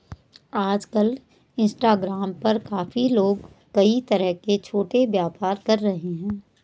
आजकल इंस्टाग्राम पर काफी लोग कई तरह के छोटे व्यापार कर रहे हैं